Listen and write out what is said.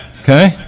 Okay